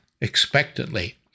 expectantly